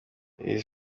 iyi